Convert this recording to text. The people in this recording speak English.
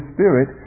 Spirit